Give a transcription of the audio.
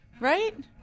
Right